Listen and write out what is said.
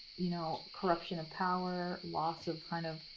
you know corruption of power, loss of kind of.